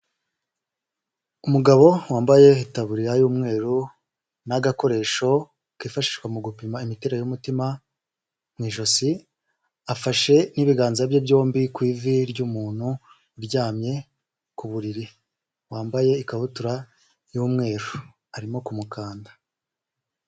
Umugabo wambaye itaburiya y'umweru n'agakoresho kifashishwa mu gupima imiterere y'umutima mu ijosi afashe n'ibiganza bye byombi ku ivi ry'umuntu uryamye ku buriri wambaye ikabutura y'umweru arimo kumukanda.